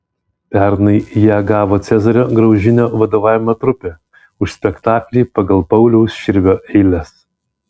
pernai ją gavo cezario graužinio vadovaujama trupė už spektaklį pagal pauliaus širvio eiles